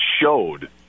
showed